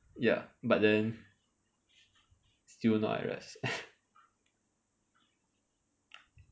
ya but then still not at rest